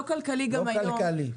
לא כלכלי גם היום.